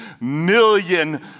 million